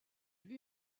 lui